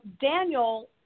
Daniel